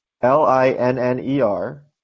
L-I-N-N-E-R